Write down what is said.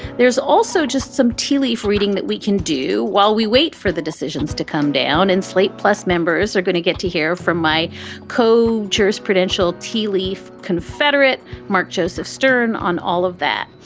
there's also just some tealeaf reading that we can do while we wait for the decisions to come down. and slate plus members are going to get to hear from my co jurors, prudential tealeaf, confederate mark joseph stern on all of that.